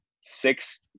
six